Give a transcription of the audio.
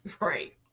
right